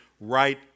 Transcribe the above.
right